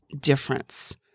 difference